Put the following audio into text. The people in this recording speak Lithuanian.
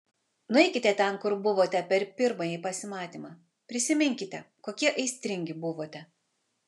nueikite ten kur buvote per pirmąjį pasimatymą prisiminkite kokie aistringi buvote